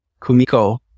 Kumiko